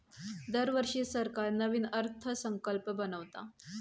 दरवर्षी सरकार नवीन अर्थसंकल्प बनवता